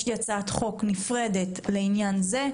יש לי הצעת חוק לעניין זה,